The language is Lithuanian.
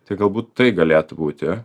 tai galbūt tai galėtų būti